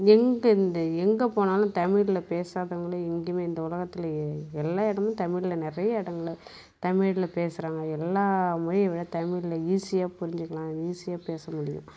எங்கே இருந்து எங்கே போனாலும் தமிழில் பேசாதவர்களே எங்கேயுமே இந்த உலகத்துலேயே எல்லா இடமு தமிழில் நிறைய இடங்கள்ல தமிழில் பேசுகிறாங்க எல்லா மொழியை விட தமிழில் ஈஸியா புரிஞ்சுக்கலாம் ஈஸியா பேச முடியும்